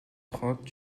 trente